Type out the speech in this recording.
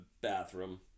bathroom